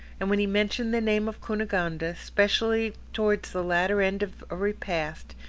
and when he mentioned the name of cunegonde, especially towards the latter end of a repast,